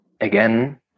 again